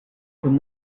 could